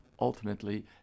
ultimately